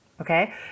Okay